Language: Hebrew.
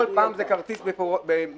כל פעם זה כרטיס מיוחד.